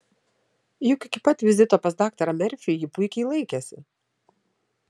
juk iki pat vizito pas daktarą merfį ji puikiai laikėsi